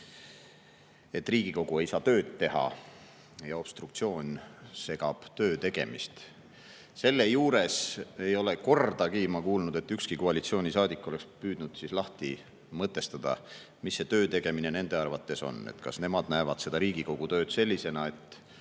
et Riigikogu ei saa tööd teha ja obstruktsioon segab töötegemist. Selle juures ei ole ma kordagi kuulnud, et ükski koalitsioonisaadik oleks püüdnud lahti mõtestada, mis see töötegemine nende arvates on. Kas nemad näevad Riigikogu tööd sellisena, et